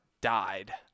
died